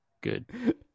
good